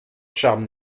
charme